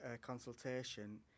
consultation